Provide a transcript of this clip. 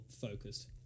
focused